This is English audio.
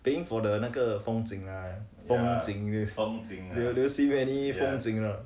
paying for the 那个风景 lah 风景月 do do you see many 风景 not